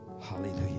Hallelujah